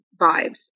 vibes